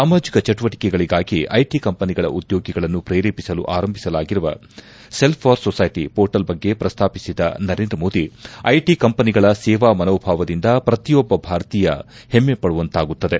ಸಾಮಾಜಿಕ ಚಟುವಟಿಕೆಗಳಿಗಾಗಿ ಐಟಿ ಕಂಪನಿಗಳ ಉದ್ಯೋಗಿಗಳನ್ನು ಪ್ರೇರೇಪಿಸಲು ಆರಂಭಿಸಲಾಗಿರುವ ಸೆಲ್ಟ್ ಫಾರ್ ಸೊಸೈಟ ಪೋರ್ಟಲ್ ಬಗ್ಗೆ ಪ್ರಸ್ತಾಪಿಸಿದ ನರೇಂದ್ರ ಮೋದಿ ಐಟಿ ಕಂಪನಿಗಳ ಸೇವಾ ಮನೋಭಾವದಿಂದ ಪ್ರತಿಯೊಬ್ಲ ಭಾರತೀಯ ಹೆಮ್ಮೆಪಡುವಂತಾಗುತ್ತದೆ